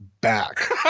Back